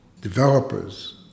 developers